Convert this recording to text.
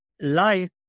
life